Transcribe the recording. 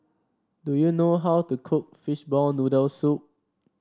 do you know how to cook Fishball Noodle Soup